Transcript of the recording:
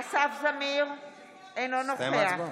כשתסתיים ההצבעה.